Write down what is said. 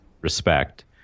respect